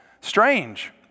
Strange